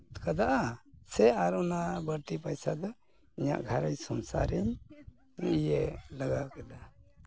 ᱠᱟᱫᱟ ᱥᱮ ᱟᱨ ᱚᱱᱟ ᱵᱟᱹᱲᱛᱤ ᱯᱚᱭᱥᱟ ᱫᱚ ᱤᱧᱟᱹᱜ ᱜᱷᱟᱨᱚᱸᱡᱽ ᱥᱚᱝᱥᱟᱨ ᱨᱤᱧ ᱤᱭᱟᱹ ᱞᱟᱜᱟᱣ ᱠᱮᱫᱟ